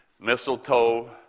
mistletoe